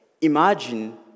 imagine